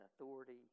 authority